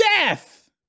death